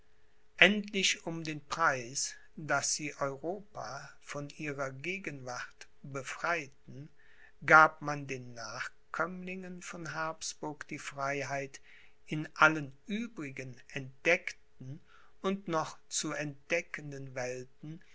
endlich um den preis daß sie europa von ihrer gegenwart befreiten gab man den nachkömmlingen von habsburg die freiheit in allen übrigen entdeckten und noch zu entdeckenden welten